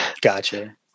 Gotcha